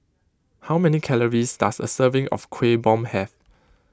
how many calories does a serving of Kuih Bom have